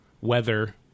weather